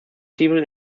civil